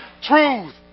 truth